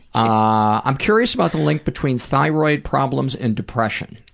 ah i'm curious about the link between thyroid problems and depression.